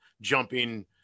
jumping